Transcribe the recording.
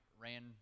ran